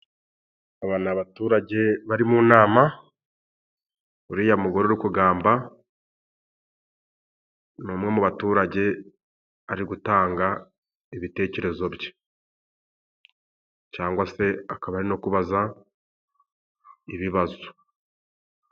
Aba ni abaturage bari mu nama. Uriya mugore uri kugamba ni umwe mu baturage ari gutanga ibitekerezo bye, cyangwa se akaba ari no kubaza ibibazo.